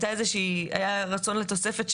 היה רצון לתוספת,